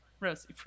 Rosie